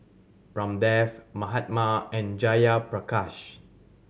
Ramdev Mahatma and Jayaprakash